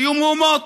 יהיו מהומות,